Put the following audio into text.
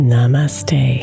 Namaste